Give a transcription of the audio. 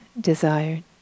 desired